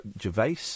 Gervais